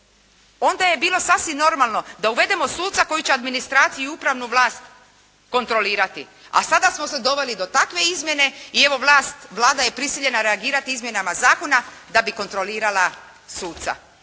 Onda je bilo sasvim normalno da uvedemo suca koji će administraciju i upravnu vlast kontrolirati. A sada smo se doveli do takve izmjene i evo vlast, Vlada je prisiljena reagirati izmjenama zakona da bi kontrolirala suca.